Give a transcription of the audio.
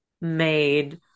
made